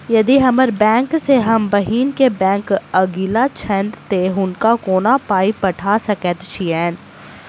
यदि हम्मर बैंक सँ हम बहिन केँ बैंक अगिला छैन तऽ हुनका कोना पाई पठा सकैत छीयैन?